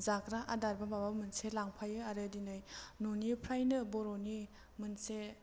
जाग्रा आदार बा माबा मोनसे लांफायो आरो दिनै न'निफ्रायनो बर'नि मोनसे